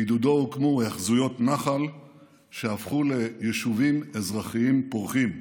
בעידודו הוקמו היאחזויות נח"ל שהפכו ליישובים אזרחיים פורחים,